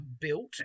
built